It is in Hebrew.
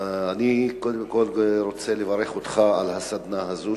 אני קודם כול רוצה לברך אותך על הסדנה הזאת,